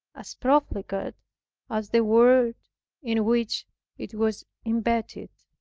as profligate as the world in which it was embedded